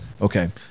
Okay